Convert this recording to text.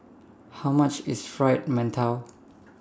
How much IS Fried mantou